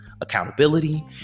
accountability